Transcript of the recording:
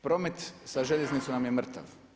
Promet sa željeznicom nam je mrtav.